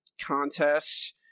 contest